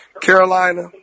Carolina